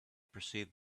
perceived